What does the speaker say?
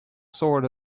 sort